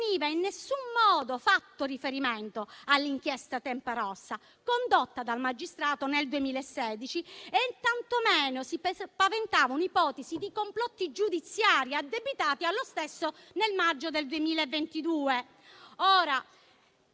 non veniva in nessun modo fatto riferimento all'inchiesta Tempa Rossa condotta dal magistrato nel 2016, né tanto meno si ventilava un'ipotesi di complotti giudiziari addebitati allo stesso nel maggio del 2022.